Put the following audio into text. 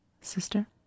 Sister